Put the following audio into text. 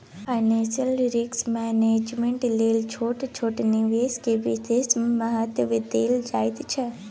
financial risk management लेल छोट छोट निवेश के विशेष महत्व देल जाइ छइ